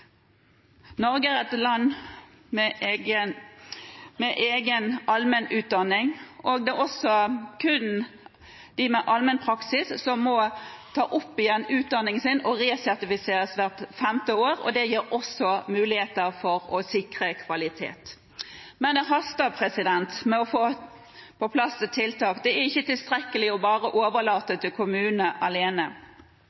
Norge er et land med egen allmennutdanning, og det er kun de med allmennpraksis som må ta opp igjen utdanningen sin og resertifiseres hvert femte år. Det gir også muligheter for å sikre kvalitet. Men det haster med å få på plass tiltak. Det er ikke tilstrekkelig bare å overlate det til kommunene alene, heller ikke bare